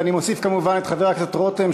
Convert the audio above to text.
ואני מוסיף כמובן את חבר הכנסת רותם,